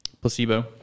placebo